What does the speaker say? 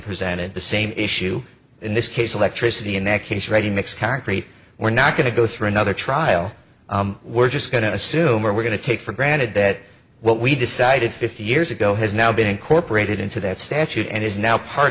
presented the same issue in this case electricity in that case ready mix concrete we're not going to go through another trial we're just going to assume we're going to take for granted that what we decided fifty years ago has now been incorporated into that statute and is now part